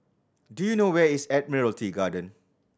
do you know where is Admiralty Garden